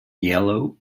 yellow